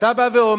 כשאתה בא ואומר: